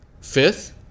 Fifth